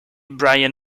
brian